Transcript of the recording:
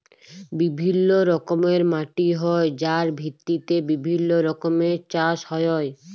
বিভিল্য রকমের মাটি হ্যয় যার ভিত্তিতে বিভিল্য রকমের চাস হ্য়য়